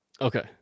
Okay